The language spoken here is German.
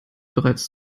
bereits